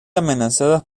amenazadas